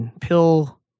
pill